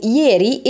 ieri